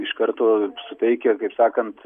iš karto suveikia kaip sakant